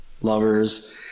Lovers